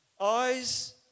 Eyes